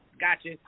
Gotcha